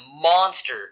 monster